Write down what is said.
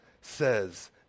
says